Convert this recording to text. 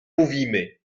mówimy